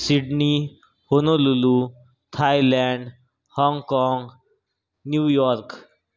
Sydney Honolulu Thailand हाँगकाँग New York